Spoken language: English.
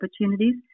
opportunities